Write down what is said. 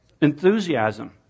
Enthusiasm